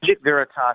Veritas